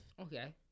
okay